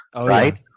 right